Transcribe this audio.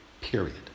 period